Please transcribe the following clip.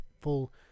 full